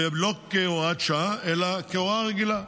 ולא כהוראת שעה אלא כהוראה רגילה,